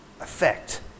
effect